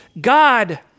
God